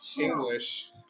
English